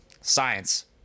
Science